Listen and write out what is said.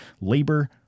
labor